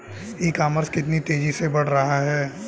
ई commerce कितनी तेजी से बढ़ रहा है?